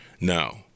Now